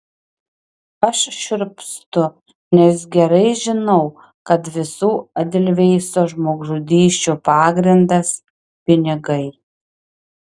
aš šiurpstu nes gerai žinau kad visų edelveiso žmogžudysčių pagrindas pinigai